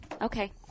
Okay